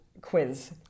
quiz